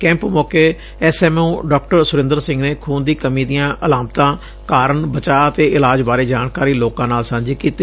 camp ਮੌਕੇ S M O doctor Surinder Singh ਨੇ ਖੂਨ ਦੀ ਕਮੀ ਦੀਆਂ ਅਲਾਮਤਾਂ ਕਾਰਨ ਬਚਾਅ ਅਤੇ ਇਲਾਜ ਬਾਰੇ ਜਾਣਕਾਰੀ ਲੋਕਾਂ ਨਾਲ ਸਾਂਝੀ ਕੀਤੀ